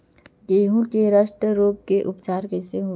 गेहूँ के रस्ट रोग के उपचार कइसे होही?